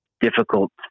difficult